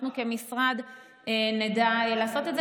אנחנו כמשרד נדע לעשות את זה.